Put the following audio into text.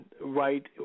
right